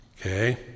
Okay